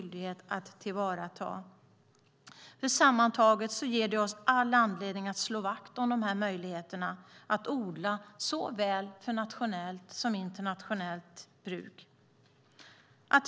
Sammantaget ger detta oss all anledning att slå vakt om möjligheterna att odla för nationellt och internationellt bruk.